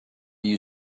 you